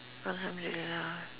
alhamdulillah